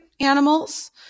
animals